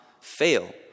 fail